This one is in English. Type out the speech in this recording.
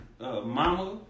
Mama